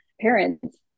parents